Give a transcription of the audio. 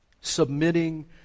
Submitting